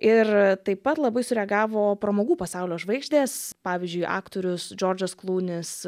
ir taip pat labai sureagavo pramogų pasaulio žvaigždės pavyzdžiui aktorius džordžas klunis